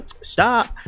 stop